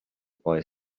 boy